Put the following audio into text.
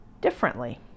differently